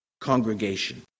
congregation